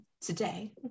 today